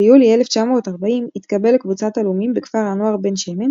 ביולי 1940 התקבל לקבוצת "עלומים" בכפר הנוער בן-שמן,